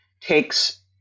takes